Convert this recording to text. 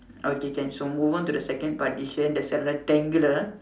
okay can so move on to the second partition there's a rectangular